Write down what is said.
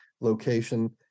location